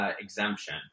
exemption